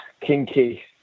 Kinky